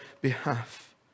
behalf